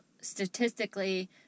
statistically